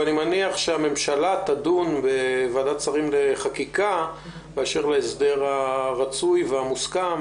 אני מניח שהממשלה תדון בוועדת שרים לחקיקה באשר להסדר הרצוי והמוסכם.